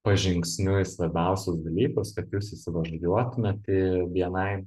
pažingsniui svarbiausius dalykus kad jūs įsivažiuotumėt į bni